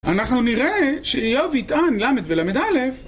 אנחנו נראה שאיוב יטען ל׳ ול״א